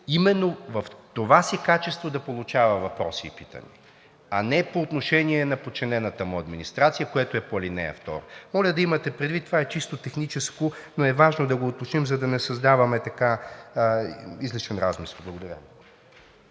именно в това си качество да получава въпроси и питания, а не по отношение на подчинената му администрация, което е по ал. 2. Моля да имате предвид, това е чисто техническо, но е важно да го уточним, за да не създаваме излишен размисъл. Благодаря.